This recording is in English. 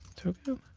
token,